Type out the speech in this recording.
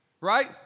right